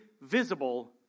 visible